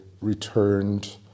returned